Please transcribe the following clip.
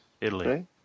Italy